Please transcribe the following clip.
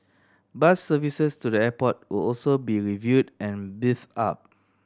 bus services to the airport will also be reviewed and beefed up